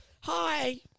Hi